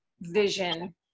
vision